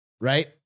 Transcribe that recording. right